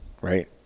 right